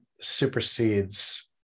supersedes